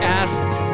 asked